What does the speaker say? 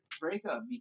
breakup